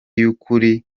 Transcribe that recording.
y’ukuri